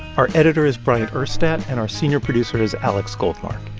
our editor is bryant urstadt, and our senior producer is alex goldmark.